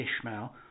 Ishmael